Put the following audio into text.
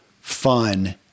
fun